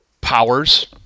powers